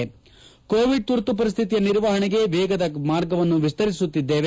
Covid ತುರ್ತು ಪರಿಸ್ಥಿತಿಯ ನಿರ್ವಹಣೆಗೆ ವೇಗದ ಮಾರ್ಗವನ್ನು ವಿಸ್ತರಿಸುತ್ತಿದ್ದೇವೆ